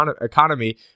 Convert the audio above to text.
economy